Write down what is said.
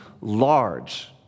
large